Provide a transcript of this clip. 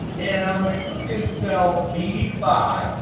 and i'm going to click in cell b five.